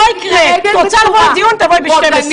לא יקרה, את רוצה לבוא לדיון, תבואי ב-12:00.